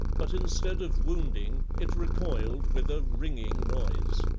but instead of wounding, it recoiled with a ringing noise.